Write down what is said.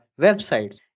websites